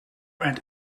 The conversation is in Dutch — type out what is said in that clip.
het